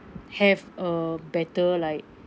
have a better like